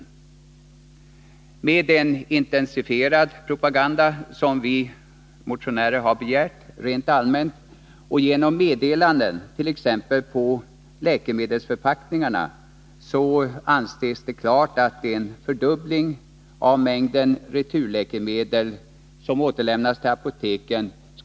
Det anses klart att det med den intensifierade propaganda som vi motionärer har begärt rent allmänt och genom meddelanden t.ex. på läkemedelsförpackningarna skulle vara ganska lätt att uppnå en fördubbling av mängden returläkemedel som återlämnas till apoteken.